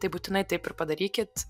tai būtinai taip ir padarykit